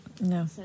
No